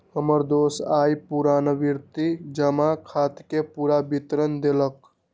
हमर दोस आइ पुरनावृति जमा खताके पूरे विवरण देलक